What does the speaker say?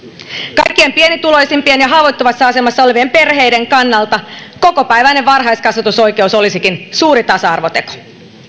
kaikkien pienituloisimpien ja haavoittuvassa asemassa olevien perheiden lasten kannalta kokopäiväinen varhaiskasvatusoikeus olisikin suuri tasa arvoteko